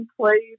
played